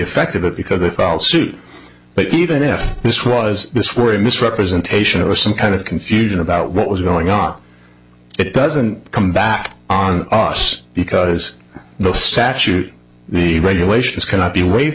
effect of it because they filed suit but even if this was this were a misrepresentation of some kind of confusion about what was going on it doesn't come back on us because the statute the regulations cannot be w